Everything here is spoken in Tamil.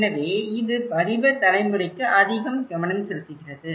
எனவே இது வடிவ தலைமுறைக்கு அதிக கவனம் செலுத்துகிறது